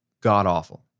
god-awful